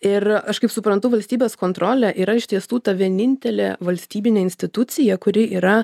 ir aš kaip suprantu valstybės kontrolė yra iš tiesų ta vienintelė valstybinė institucija kuri yra